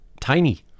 tiny